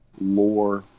lore